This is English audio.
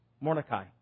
Mordecai